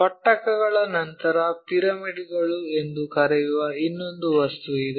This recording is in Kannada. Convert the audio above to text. ಪಟ್ಟಕಗಳ ನಂತರ ಪಿರಮಿಡ್ ಗಳು ಎಂದು ಕರೆಯುವ ಇನ್ನೊಂದು ವಸ್ತು ಇದೆ